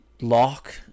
lock